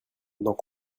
dans